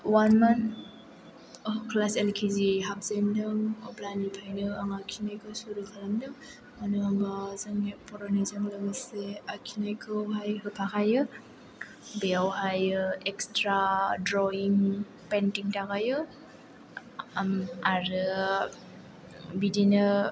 अवानमोन class L KG हाबजेनदों अब्लानिफ्र्ययनो आं आखिनायखौ सोलोंनो मोनदों मानो होम्बा जोंनि फरायनायजों लोगोसे आखिनायखौहाय होफाखायो बेयावहाय एक्सट्रा द्रइयिं पेइन्टिं थाखायो आरो बिदिनो